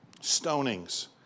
stonings